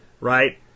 right